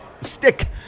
stick